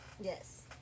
Yes